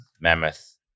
mammoth